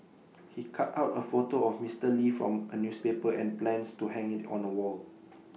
he cut out A photo of Mister lee from A newspaper and plans to hang IT on A wall